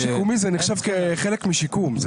רכב שיקומי, זה נחשב כחלק משיקום.